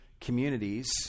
communities